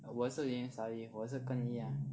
我也是宁愿 study 我也是跟你一样